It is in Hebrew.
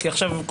עכשיו,